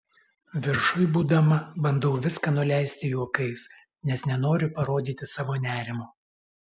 viršuj būdama bandau viską nuleisti juokais nes nenoriu parodyti savo nerimo